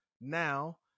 now